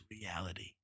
reality